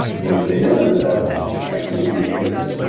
little did they know that that actually would be the case